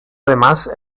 además